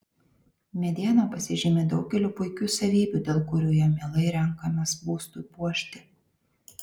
mediena pasižymi daugeliu puikių savybių dėl kurių ją mielai renkamės būstui puošti